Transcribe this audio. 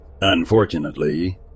Unfortunately